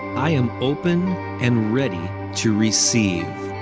i am open and ready to receive.